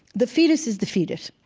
the fetus is the fetus.